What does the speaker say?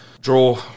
draw